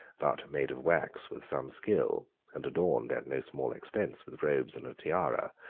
but made of wax with some skill, and adorned at no small expense with robes and a tiara,